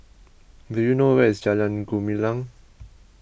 do you know where is Jalan Gumilang